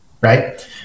Right